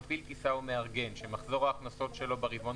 מפעיל טיסה או מארגן שמחזור ההכנסות שלו ברבעון